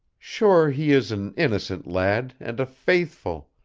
sure he is an innocent lad and a faithful,